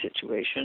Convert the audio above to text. situation